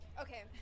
Okay